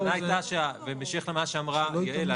בהמשך למה שאמרה יעל,